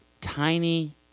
tiny